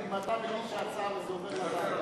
אם אתה מגיש ההצעה וזה עובר לוועדה.